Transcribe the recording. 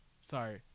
sorry